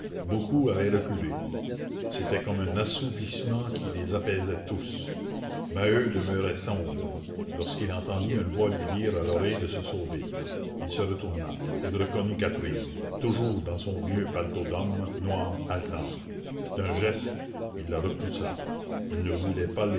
beaucoup avaient reculé c'était comme un assouvissement qui les apaisait tous maheu demeurait sombre lorsqu'il entendit une voix lui dire à l'oreille de se sauver il se retourna il reconnut catherine toujours dans son vieux paletot d'homme noire haletante d'un geste il la repoussa il ne voulait pas